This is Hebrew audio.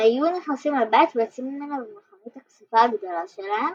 הם היו נכנסים לבית ויוצאים ממנו במכונית הכסופה הגדולה שלהם,